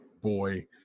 boy